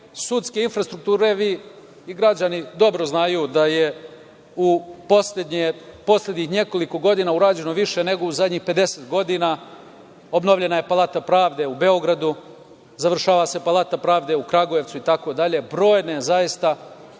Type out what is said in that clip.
sudske infrastrukture, vi i građani dobro znaju, da je u poslednjih nekoliko godina urađeno više nego u zadnjih 50 godina, obnovljena je Palata pravde u Beogradu, završava se Palata pravde u Kragujevcu itd. zaista